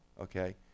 Okay